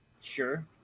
Sure